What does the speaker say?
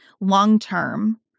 long-term